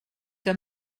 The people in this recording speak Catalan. que